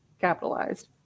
capitalized